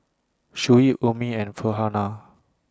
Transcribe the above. Shuib Ummi and Farhanah